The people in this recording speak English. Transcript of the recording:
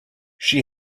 she